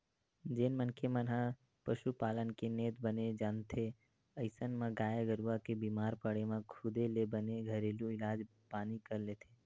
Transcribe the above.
जेन मनखे मन ह पसुपालन के नेत बने जानथे अइसन म गाय गरुवा के बीमार पड़े म खुदे ले बने घरेलू इलाज पानी कर लेथे